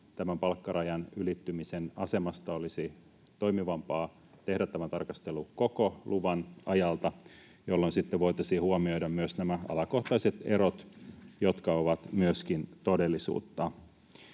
asemasta palkkarajan ylittymisestä olisi toimivampaa tehdä tarkastelu koko luvan ajalta, jolloin sitten voitaisiin huomioida myös nämä alakohtaiset erot, jotka ovat myöskin todellisuutta.